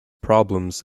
problems